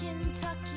Kentucky